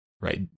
right